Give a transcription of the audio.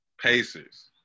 Pacers